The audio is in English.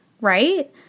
right